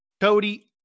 Cody